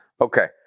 Okay